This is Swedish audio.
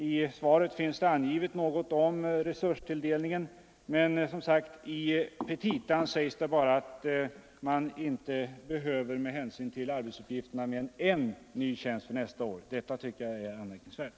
I svaret lämnas vissa uppgifter om resurstilldelningen, men i petitan sägs bara att man med hänsyn till arbetsuppgifterna inte behöver mer än en ny tjänst nästa år. Detta tycker jag är anmärkningsvärt.